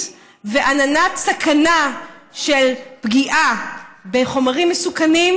ועננת סכנה של פגיעה מחומרים מסוכנים,